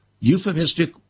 euphemistic